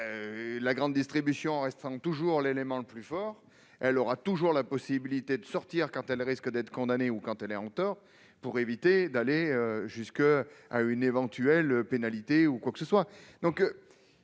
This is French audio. la grande distribution restant toujours l'élément le plus fort, elle aura toujours la possibilité de sortir quand elle risque d'être condamnée ou quand elle est en tort, pour éviter d'aller jusqu'à une éventuelle pénalité. Le problème est